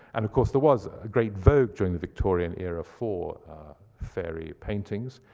and of course, there was a great vogue during the victorian era for fairy paintings.